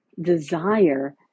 desire